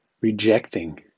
rejecting